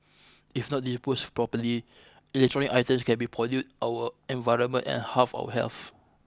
if not disposed properly electronic items can be pollute our environment and harm our health